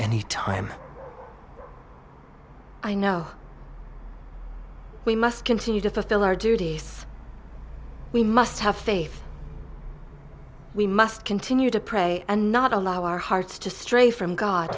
any time i know we must continue to fulfill our duty we must have faith we must continue to pray and not allow our hearts to stray from god